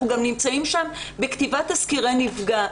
אנחנו גם נמצאים שם בכתיבת תסקירי נפגע.